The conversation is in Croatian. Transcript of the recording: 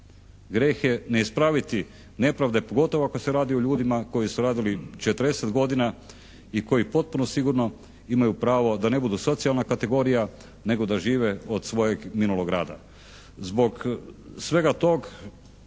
Grijeh je ne ispraviti nepravde pogotovo ako se radi o ljudima koji su radili 40 godina i koji potpuno sigurno imaju pravo da ne budu socijalna kategorija nego da žive od svog minulog rada. Zbog svega tog